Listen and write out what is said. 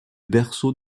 berceau